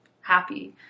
happy